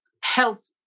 health